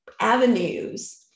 avenues